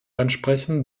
ansprechen